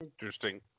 Interesting